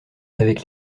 avec